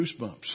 goosebumps